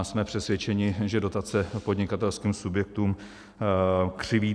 Jsme přesvědčeni, že dotace podnikatelským subjektům křiví trh.